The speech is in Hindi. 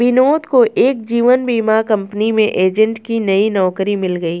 विनोद को एक जीवन बीमा कंपनी में एजेंट की नई नौकरी मिल गयी